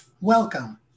Welcome